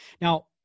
Now